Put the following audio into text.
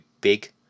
big